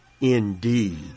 indeed